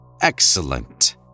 Excellent